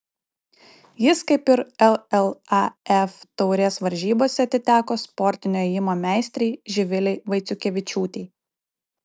jis kaip ir llaf taurės varžybose atiteko sportinio ėjimo meistrei živilei vaiciukevičiūtei